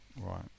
right